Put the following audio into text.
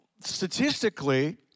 statistically